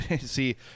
see